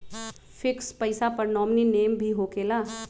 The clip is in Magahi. फिक्स पईसा पर नॉमिनी नेम भी होकेला?